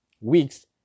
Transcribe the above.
weeks